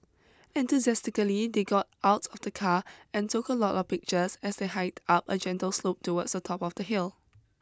enthusiastically they got out of the car and took a lot of pictures as they hiked up a gentle slope towards the top of the hill